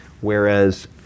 Whereas